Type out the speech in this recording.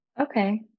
Okay